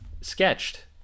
sketched